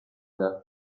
میدم